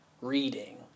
reading